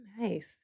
Nice